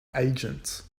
agents